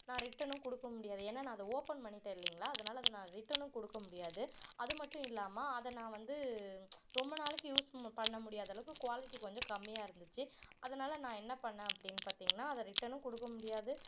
நான் ரிட்டன்னும் கொடுக்க முடியாது ஏனால் நான் அதை ஓப்பன் பண்ணிட்டேன் இல்லைங்களா அதனால் அதை நான் ரிட்டன்னும் கொடுக்க முடியாது அது மட்டும் இல்லாமல் அதை நான் வந்து ரொம்ப நாளைக்கு யூஸ் பண்ண முடியாத அளவுக்கு குவாலிட்டி கொஞ்சம் கம்மியாக இருந்துச்சு அதனால் நான் என்ன பண்ணிணேன் அப்படின்னு பார்த்தீங்கன்னா அதை ரிட்டன்னும் கொடுக்க முடியாது